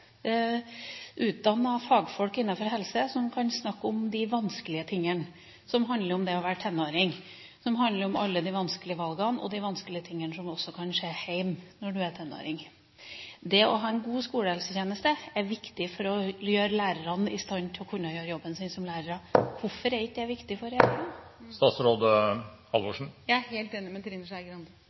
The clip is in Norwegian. fagfolk innenfor helse som kan snakke om de vanskelige tingene som handler om det å være tenåring, som handler om alle de vanskelige valgene og de vanskelige tingene som også kan skje hjemme når man er tenåring. Det å ha en god skolehelsetjeneste er viktig for å gjøre lærerne i stand til å kunne gjøre jobben sin som lærere. Hvorfor er ikke dette viktig for regjeringa? Jeg er helt enig med Trine Skei Grande.